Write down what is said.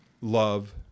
love